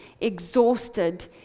exhausted